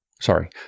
sorry